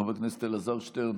חבר הכנסת אלעזר שטרן,